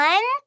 One